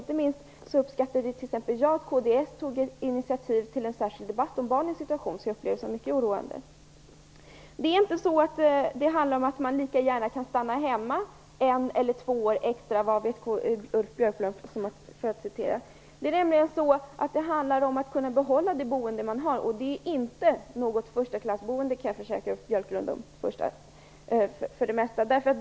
Inte minst uppskattade t.ex. jag att kds tog ett initiativ till en särskild debatt om barnens situation, som jag upplever som mycket oroande. Det handlar inte om att ungdomar lika gärna kan stanna hemma ett eller två år extra, för att citera Ulf Björklund. Det handlar om att kunna behålla det boende man har. Det är för det mesta inte något förstaklassboende. Det kan jag försäkra Ulf Björklund om.